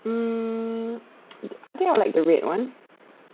mm I think I would like the red [one]